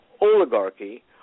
oligarchy